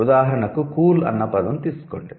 ఉదాహరణకు 'కూల్' అన్న పదం తీసుకోండి